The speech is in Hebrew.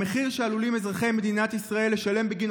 המחיר שעלולים אזרחי מדינת ישראל לשלם בגין